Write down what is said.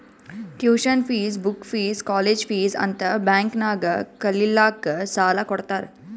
tuition fees, book fees, college fees ಅಂತ್ bank ನಾಗ್ ಕಲಿಲ್ಲಾಕ್ಕ್ ಸಾಲಾ ಕೊಡ್ತಾರ್